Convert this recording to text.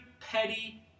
petty